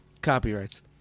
copyrights